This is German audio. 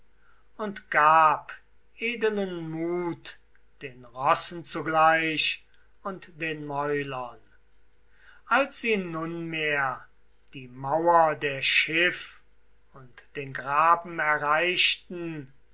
und gab edelen mut den rossen zugleich und den mäulern als sie nunmehr die mauer der schiff und den graben erreichten